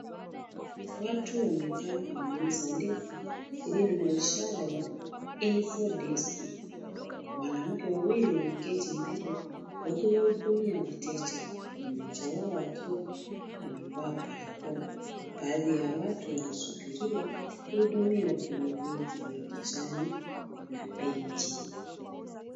Watu wamekaa kwenye meza ndefu iliyo na ishara ya info desk. Wanawake wawili wameketi mbere wakiwa hudumia wateja, na mmoja wao akiwa amevaa barakoa. Baadhi ya watu wanasubiria kuhudumiwa kwenye viti vya kijani na benchi.